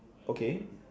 okay